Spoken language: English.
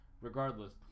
regardless